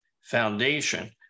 Foundation